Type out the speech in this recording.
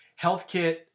HealthKit